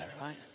right